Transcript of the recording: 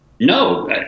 No